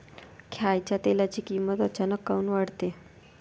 खाच्या तेलाची किमत अचानक काऊन वाढते?